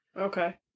Okay